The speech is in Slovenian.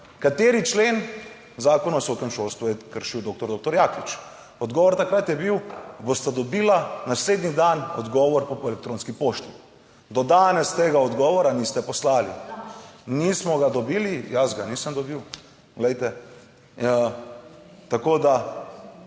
kateri člen Zakona o visokem šolstvu je kršil doktor doktor Jaklič? Odgovor takrat je bil, bosta dobila naslednji dan odgovor po elektronski pošti. Do danes tega odgovora niste poslali, nismo ga dobili, jaz ga nisem dobil. Glejte, tako da